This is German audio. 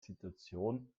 situation